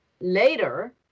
later